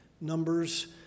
Numbers